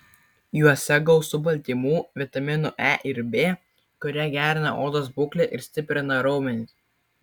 juose gausu baltymų vitaminų e ir b kurie gerina odos būklę ir stiprina raumenis